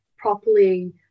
properly